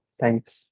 Thanks